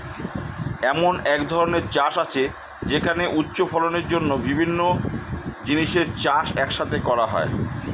এমন এক ধরনের চাষ আছে যেখানে উচ্চ ফলনের জন্য বিভিন্ন জিনিসের চাষ এক সাথে করা হয়